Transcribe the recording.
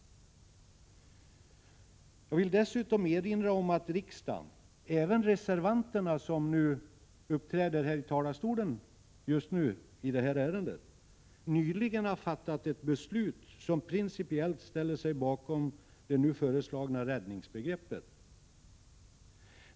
Jag vill dessutom erinra om att riksdagen — även reservanterna, som i dag uppträder i talarstolen i detta ärende — nyligen fattat ett beslut som principiellt ställer sig bakom det nu föreslagna räddningstjänstbegreppet.